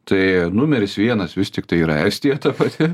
tai numeris vienas vis tiktai yra estija ta pati